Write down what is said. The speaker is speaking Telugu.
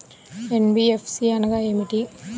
ఎన్.బీ.ఎఫ్.సి అనగా ఏమిటీ?